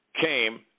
came